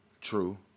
True